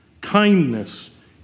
kindness